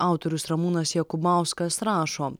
autorius ramūnas jakubauskas rašo